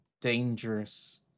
dangerous